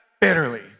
bitterly